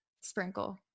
sprinkle